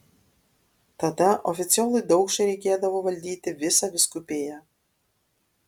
tada oficiolui daukšai reikėdavo valdyti visą vyskupiją